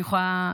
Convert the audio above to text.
אני יכולה,